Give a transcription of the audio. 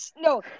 No